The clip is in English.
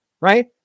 right